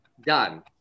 done